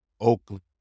Oakland